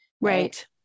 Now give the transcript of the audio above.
right